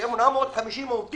850 עובדות.